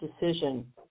decision